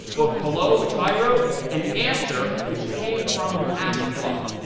both hello, which i wrote, and answer, which came from the ask block.